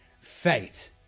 Fate